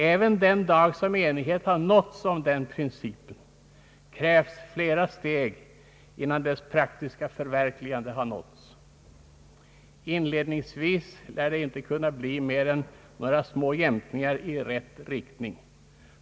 även den dag då enighet har nåtts om den principen, krävs flera steg innan dess praktiska förverkligande har nåtts. Inledningsvis lär det inte kunna bli mer än några små jämkningar i rätt riktning.